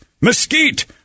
mesquite